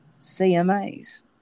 CMAs